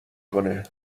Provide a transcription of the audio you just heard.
کنه